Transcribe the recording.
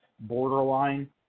Borderline